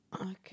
Okay